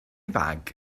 fag